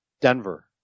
Denver